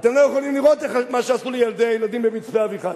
אתם לא יכולים לראות מה שעשו לילדים במצפה-אביחי.